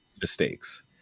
mistakes